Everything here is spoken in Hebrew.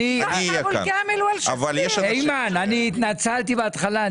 אימאן, אני התנצלתי בהתחלה.